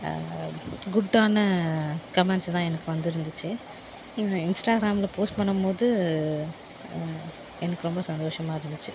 குட்டான comments தான் எனக்கு வந்துருந்துச்சு இன்ஸ்டாகிராம்மில் போஸ்ட் பண்ணும் போது எனக்கு ரொம்ப சந்தோஷமாக இருந்துச்சு